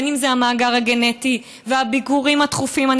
אם זה המאגר הגנטי ואם הביקורים התכופים בבתי העלמין,